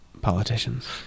politicians